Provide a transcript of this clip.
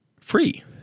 free